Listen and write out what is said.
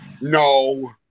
no